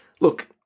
look